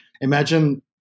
Imagine